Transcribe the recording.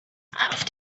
auf